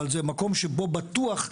אבל זה מקום שבו בטוח,